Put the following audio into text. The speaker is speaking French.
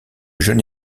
jeune